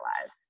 lives